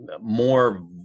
more